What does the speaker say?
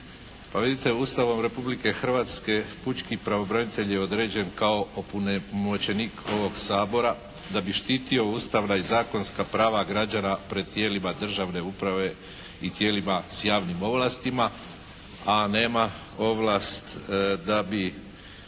Pa vidite Ustavom Republike Hrvatske pučki pravobranitelj je određen kao opunomoćenik ovog Sabora da bi štitio ustavna i zakonska prava građana pred tijelima državne uprave i tijelima s javnim ovlastima a nema ovlast da bi